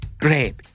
Great